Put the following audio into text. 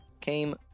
came